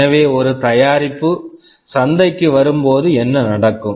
எனவே ஒரு தயாரிப்பு சந்தைக்கு வரும்போது என்ன நடக்கும்